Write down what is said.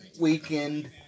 weekend